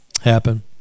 happen